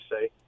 say